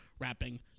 rapping